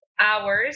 hours